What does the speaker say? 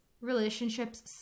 relationships